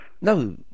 No